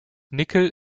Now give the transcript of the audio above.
nickel